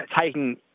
taking